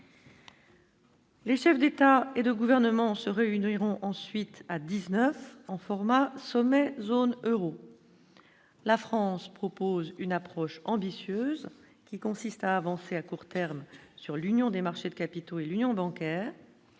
Les chefs d'État et de gouvernement serait une iront ensuite à 19 ans, format Sommets, zone Euro, la France propose une approche ambitieuse, qui consiste à avancer, à court terme sur l'Union des marchés de capitaux et l'union bancaire